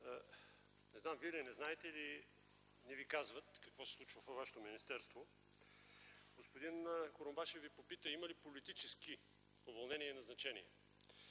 не зная Вие ли не знаете или не Ви казват какво се случва във Вашето министерство. Господин Курумбашев Ви попита има ли политически уволнения и назначения.